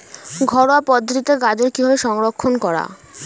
ঘরোয়া পদ্ধতিতে গাজর কিভাবে সংরক্ষণ করা?